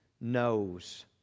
knows